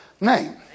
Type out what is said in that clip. name